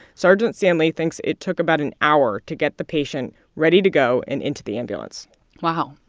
sergeant stanley thinks it took about an hour to get the patient ready to go and into the ambulance wow.